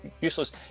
useless